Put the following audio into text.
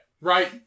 Right